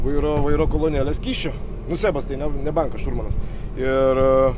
vairo vairo kolonėlės skysčio nu sebas tai ne ne bankas šturmanas ir